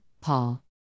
Paul